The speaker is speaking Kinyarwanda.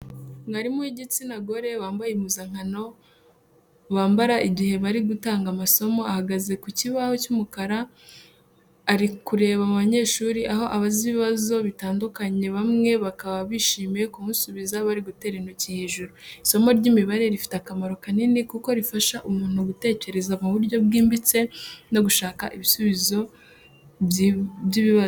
Mwarimu w'igitsina gore wambaye impuzankano bambara igihe bari gutanga amasomo ahagaze ku kibaho cy'umukara ari kureba mu banyeshuri aho abaza ibibazo bitandukanye bamwe bakaba bishimiye kumusubiza bari gutera intoki hejuru. Isomo ry’imibare rifite akamaro kanini kuko rifasha umuntu gutekereza mu buryo bwimbitse no gushaka ibisubizo by’ibibazo.